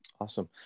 Awesome